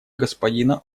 господина